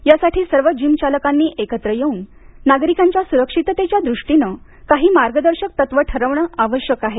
यासाठी सर्व जिमचालकांनी एकत्र येऊन नागरिकांच्या सुरक्षिततेच्या द्रष्टीनं काही मार्गदर्शक तत्वं ठरवणं आवश्यक आहेत